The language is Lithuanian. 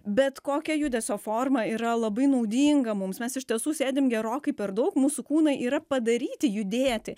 bet kokia judesio forma yra labai naudinga mums mes iš tiesų sėdim gerokai per daug mūsų kūnai yra padaryti judėti